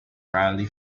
rarely